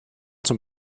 zum